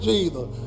Jesus